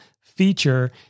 feature